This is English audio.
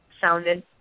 sounded